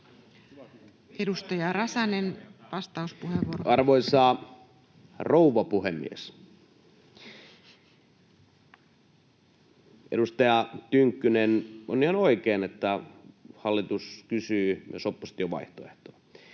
Edustaja Räsänen, vastauspuheenvuoro. Arvoisa rouva puhemies! Edustaja Tynkkynen, on ihan oikein, että hallitus kysyy myös opposition vaihtoehtoa.